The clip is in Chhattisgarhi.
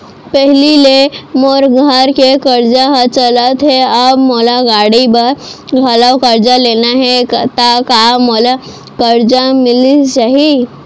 पहिली ले मोर घर के करजा ह चलत हे, अब मोला गाड़ी बर घलव करजा लेना हे ता का मोला करजा मिलिस जाही?